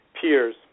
peers